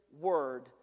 Word